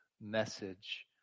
message